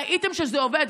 ראיתם שזה עובד,